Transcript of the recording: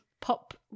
pop